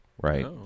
right